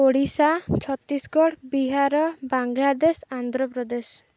Odisha Chhattisgarh Bihar Bangladesh Andhra Pradesh